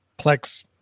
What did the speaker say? Plex